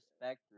respect